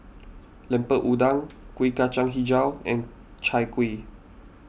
Lemper Udang Kuih Kacang HiJau and Chai Kueh